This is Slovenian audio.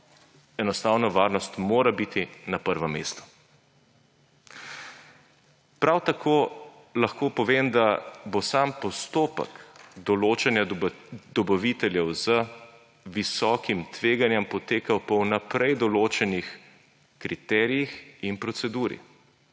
enostavno varnost mora biti na prvem mestu. Prav tako lahko povem, da bo sam postopek določanja dobaviteljev z visokim tveganjem potekal po vnaprej določenih kriterijih in proceduri.